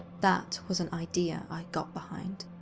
that was an idea i got behind.